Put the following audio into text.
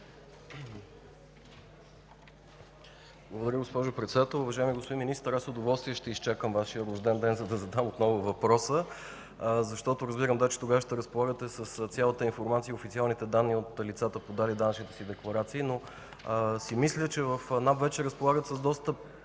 Благодаря, госпожо Председател. Уважаеми господин Министър, с удоволствие ще изчакам Вашия рожден ден, за да задам отново въпроса. Разбирам, че тогава ще разполагате с цялата информация и официалните данни от лицата, подали данъчните си декларации. Мисля, че в НАП вече разполагат, да